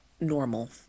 normal